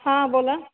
हां बोला